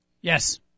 Yes